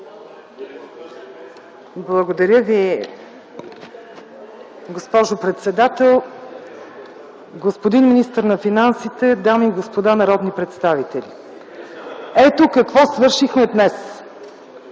Благодаря Ви, госпожо председател. Господин министър на финансите, дами и господа народни представители, ето какво свършихме днес.